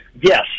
Yes